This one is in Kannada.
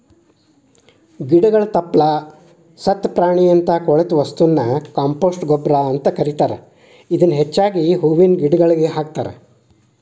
ಗಿಡಗಳ ತಪ್ಪಲ, ಸತ್ತ ಪ್ರಾಣಿಯಂತ ಕೊಳೆತ ವಸ್ತುನ ಕಾಂಪೋಸ್ಟ್ ಗೊಬ್ಬರ ಅಂತ ಕರೇತಾರ, ಇದನ್ನ ಹೆಚ್ಚಾಗಿ ಹೂವಿನ ಗಿಡಗಳಿಗೆ ಹಾಕ್ತಾರ